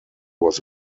was